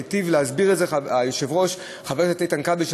והיטיב להסביר את זה היושב-ראש חבר הכנסת איתן כבל,